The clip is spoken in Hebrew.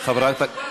תשובה והצבעה,